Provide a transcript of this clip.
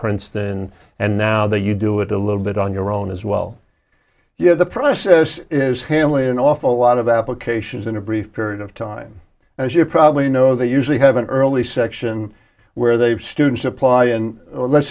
princeton and now that you do it a little bit on your own as well you know the process is hamley an awful lot of applications in a brief period of time as you probably know they usually have an early section where they have students apply in let's